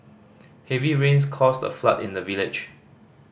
heavy rains caused a flood in the village